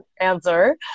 answer